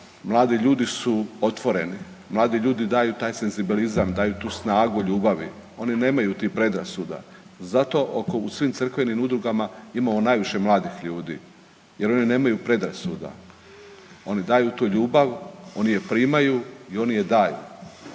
mladi ljudi su otvoreni, mladi ljudi daju taj senzibilizam daju tu snagu ljubavi, oni nemaju tih predrasuda. Zato u svim crkvenim udrugama imamo najviše mladih ljudi jer oni nemaju predrasuda oni daju tu ljubav, oni je primaju i oni je daju.